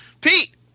Pete